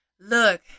look